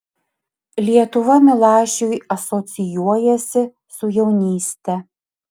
lietuva milašiui asocijuojasi su jaunyste